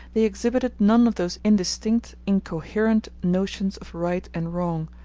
they exhibited none of those indistinct, incoherent notions of right and wrong,